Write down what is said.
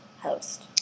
host